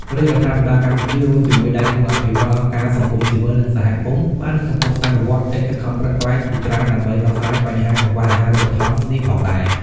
រាជរដ្ឋាភិបាលកម្ពុជា រួមជាមួយដៃគូអភិវឌ្ឍន៍ អង្គការសង្គមស៊ីវិល និងសហគមន៍ បាននិងកំពុងអនុវត្តកិច្ចខិតខំប្រឹងប្រែងជាច្រើនដើម្បីដោះស្រាយបញ្ហាកង្វះអាហារូបត្ថម្ភនេះផងដែរ។